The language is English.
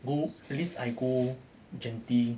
go at least I go genting